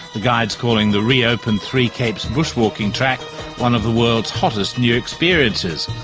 the guide is calling the reopened three capes bushwalking track one of the world's hottest new experiences.